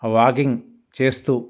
ఆ వాగింగ్ చేస్తూ